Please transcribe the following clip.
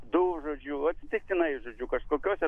du žodžiu atsitiktinai žodžiu kažkokiose